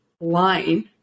line